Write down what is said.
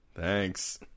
Thanks